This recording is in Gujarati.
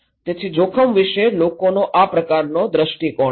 તેથી જોખમ વિશે લોકોનો આ પ્રકારનો દ્રષ્ટિકોણ છે